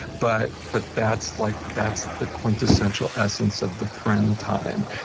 but but that's like that's the quintessential essence of the friend time,